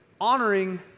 honoring